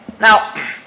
Now